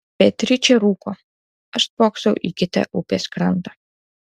beatričė rūko aš spoksau į kitą upės krantą